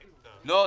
לא.